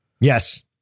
yes